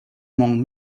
among